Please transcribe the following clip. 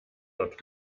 dort